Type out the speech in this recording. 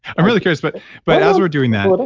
i'm really curious. but but as we're doing that, but